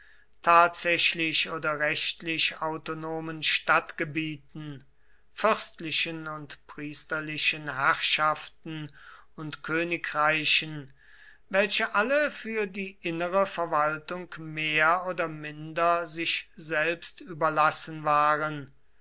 tatsächlich oder rechtlich autonomen stadtgebieten fürstlichen und priesterlichen herrschaften und königreichen welche alle für die innere verwaltung mehr oder minder sich selbst überlassen waren